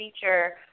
feature